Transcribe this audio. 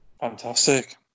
fantastic